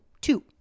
Two